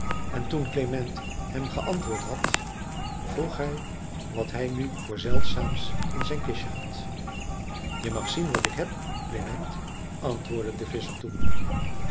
en toen klement hem geantwoord had vroeg hij wat hij nu voor zeldzaams in zijn kistje had je mag zien wat ik heb klement antwoordde de visscher toen